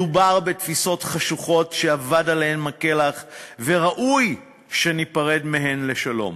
מדובר בתפיסות חשוכות שאבד עליהן הכלח וראוי שניפרד מהן לשלום.